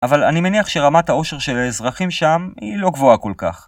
אבל אני מניח שרמת האושר של האזרחים שם היא לא גבוהה כל כך.